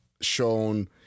shown